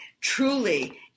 truly